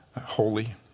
holy